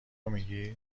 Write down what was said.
میگی